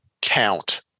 count